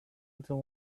little